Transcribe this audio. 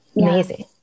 Amazing